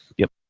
yep.